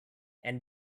and